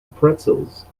pretzels